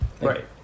Right